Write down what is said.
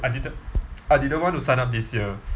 I didn't I didn't want to sign up this year